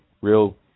real